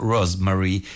Rosemary